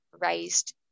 raised